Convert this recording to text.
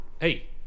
Hey